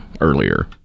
earlier